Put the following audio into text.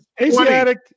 Asiatic